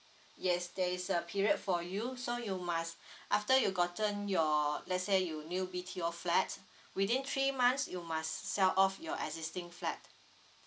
yes there is a period for you so you must after you gotten your let's say you new B_T_O flat within three months you must sell off your existing flat